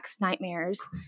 nightmares